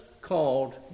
called